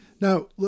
Now